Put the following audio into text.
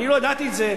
אני לא ידעתי את זה,